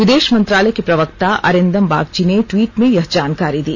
विदेश मंत्रालय के प्रवक्ता अरिंदम बागची ने टवीट में यह जानकारी दी